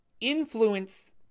influence